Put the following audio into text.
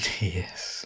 Yes